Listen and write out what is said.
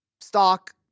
stock